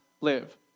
live